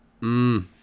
Mmm